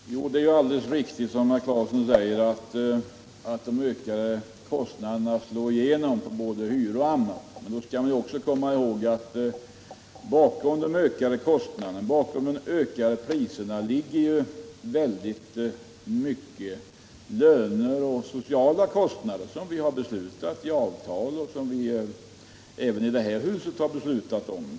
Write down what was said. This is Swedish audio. Nr 23 Herr talman! Det är alldeles riktigt som herr Claeson säger, att de ökade kostnaderna slår igenom på både hyror och annat. Men då skall vi också komma ihåg att bakom de ökade kostnaderna och priserna ligger = mycket av löner och sociala kostnader som har beslutats i avtal och = Förstatligande av som vi även i det här huset har enats om.